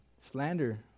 slander